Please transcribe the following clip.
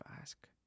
ask